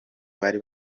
bari